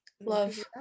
love